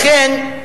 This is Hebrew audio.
לכן,